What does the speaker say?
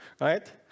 right